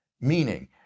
meaning